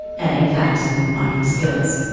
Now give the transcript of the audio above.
adding facts and refining skills.